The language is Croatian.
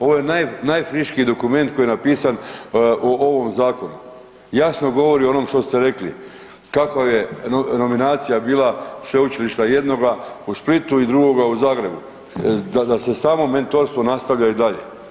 Ovo je naj, najfriškiji dokument koji je napisan o ovom zakonu, jasno govori o onom što ste rekli, kakva je nominacija bila Sveučilišta jednoga u Splitu i drugoga u Zagrebu da, da se samo mentorstvo nastavlja i dalje.